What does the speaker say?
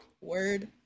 word